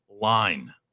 line